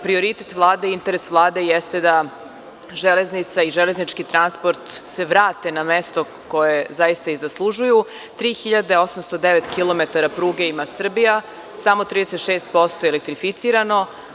Prioritet i interes Vlade jeste da železnica i železnički transport se vrate na mesto koje zaista i zaslužuju, 3809 kilometara pruge ima Srbija, samo 36% je elektrificirano.